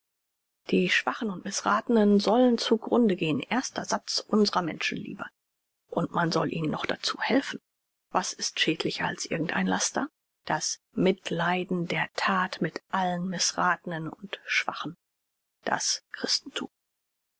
die schwachen und mißrathnen sollen zu grunde gehn erster satz unsrer menschenliebe und man soll ihnen noch dazu helfen was ist schädlicher als irgend ein laster das mitleiden der that mit allen mißrathnen und schwachen das christenthum